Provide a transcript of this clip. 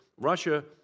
Russia